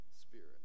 Spirit